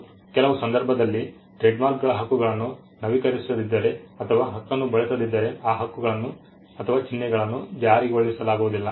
ಕೆಲವು ಸಂದರ್ಭದಲ್ಲಿ ಟ್ರೇಡ್ಮಾರ್ಕ್ಗಳ ಹಕ್ಕುಗಳನ್ನು ನವೀಕರಿಸದಿದ್ದರೆ ಅಥವಾ ಹಕ್ಕನ್ನು ಬಳಸದಿದ್ದರೆ ಆ ಹಕ್ಕುಗಳನ್ನುಚಿಹ್ನೆಗಳನ್ನು ಜಾರಿಗೊಳಿಸಲಾಗುವುದಿಲ್ಲ